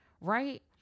right